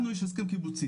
לנו יש הסכם קיבוצי.